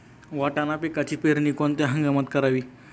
वाटाणा पिकाची पेरणी कोणत्या हंगामात करावी?